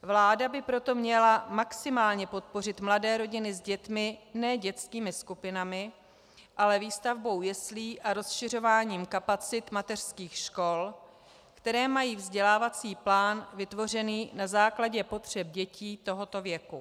Vláda by proto měla maximálně podpořit mladé rodiny s dětmi ne dětskými skupinami, ale výstavbou jeslí a rozšiřováním kapacit mateřských škol, které mají vzdělávací plán vytvořený na základě potřeb dětí tohoto věku.